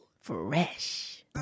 Fresh